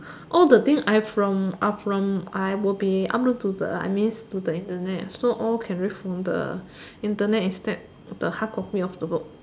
all the things I from are from I will be upload to the I mean to the Internet so all can read from the Internet instead of the hardcopy of the book